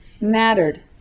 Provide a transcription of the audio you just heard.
mattered